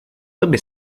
toby